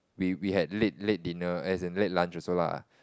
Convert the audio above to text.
we we had late late dinner as in late lunch also lah